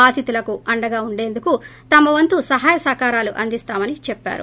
బాధితులకు అండగా ఉండేందుకు తమ వంతు సహాయ సహకారాలు అందిస్తామని చెప్పారు